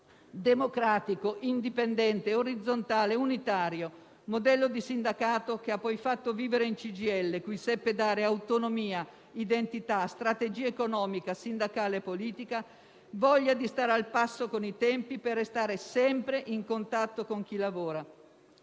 libero, democratico, indipendente, orizzontale, unitario; un modello di sindacato che ha poi fatto vivere in CGIL, cui seppe dare autonomia, identità, strategia economica, sindacale e politica, voglia di stare al passo con i tempi per restare sempre in contatto con chi lavora.